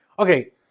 Okay